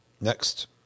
Next